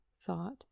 thought